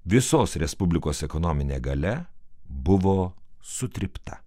visos respublikos ekonominė galia buvo sutrypta